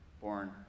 born